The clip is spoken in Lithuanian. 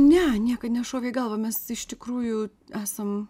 ne niekad nešovė į galvą mes iš tikrųjų esam